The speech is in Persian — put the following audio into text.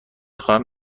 خواهم